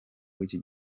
w’iki